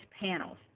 panels